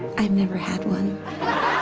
i've never had one.